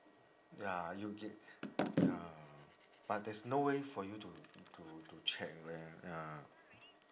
ya you ya but there's no way for you to to to check leh ya